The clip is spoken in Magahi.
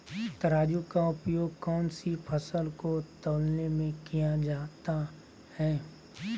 तराजू का उपयोग कौन सी फसल को तौलने में किया जाता है?